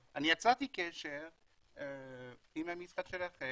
עם רמת התחלואה הגבוהה בישראל,